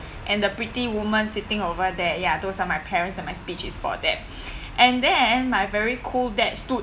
and the pretty woman sitting over there ya those are my parents and my speech is for them and then my very cool dad stood